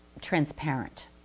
transparent